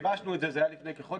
כשגיבשנו את זה, זה היה לפני כחודש.